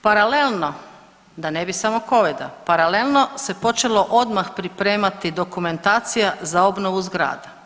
Paralelno da ne bi samo covida, paralelno se počelo odmah pripremati dokumentacija za obnovu zgrada.